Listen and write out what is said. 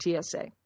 TSA